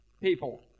people